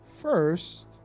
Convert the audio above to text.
first